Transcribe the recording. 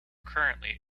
currently